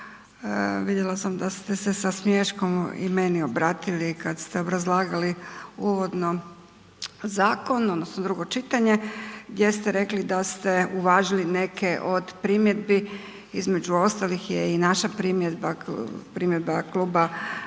vidjela sam da ste se sa smiješkom i meni obratili kad ste obrazlagali uvodno zakon odnosno drugo čitanje gdje ste rekli da ste uvažili neke od primjedbi, između ostalih je i naša primjedba,